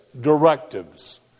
directives